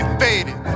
faded